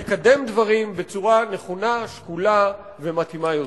לקדם דברים, בצורה נכונה, שקולה ומתאימה יותר.